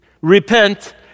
Repent